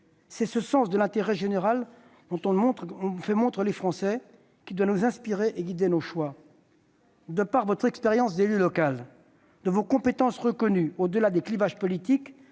C'est ce sens de l'intérêt général dont ont fait montre les Français qui doit nous inspirer et guider nos choix. De par votre expérience d'élu local, vos compétences reconnues au-delà des clivages politiques,